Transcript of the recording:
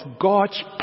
God's